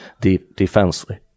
defensively